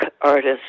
artists